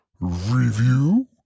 Review